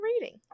reading